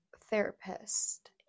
therapist